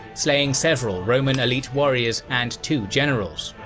slaying several roman elite warriors and two generals.